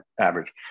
average